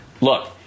Look